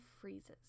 freezes